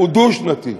הוא דו-שנתי,